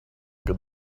good